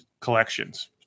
collections